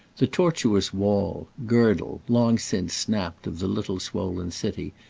the tortuous wall girdle, long since snapped, of the little swollen city,